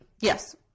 yes